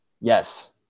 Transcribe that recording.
Yes